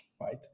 right